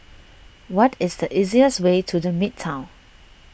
what is the easiest way to the Midtown